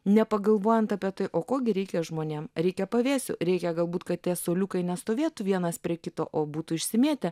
nepagalvojant apie tai o ko gi reikia žmonėm reikia pavėsio reikia galbūt kad tie suoliukai nestovėtų vienas prie kito o būtų išsimėtę